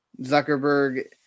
Zuckerberg